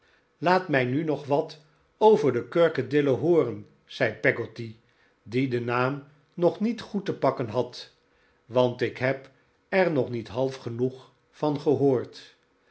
laat mij nu nog wat over de kurkendillen hooren zei peggotty die den naam nog niet goed te pakken had want ik heb er nog niet half genoeg van gehoord